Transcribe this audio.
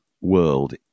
world